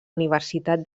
universitat